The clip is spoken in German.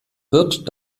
wird